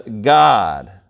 God